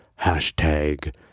Hashtag